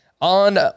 On